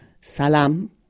Salam